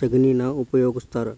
ಶಗಣಿನಾ ಉಪಯೋಗಸ್ತಾರ